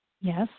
Yes